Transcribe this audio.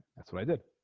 that's what i did